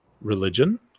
religion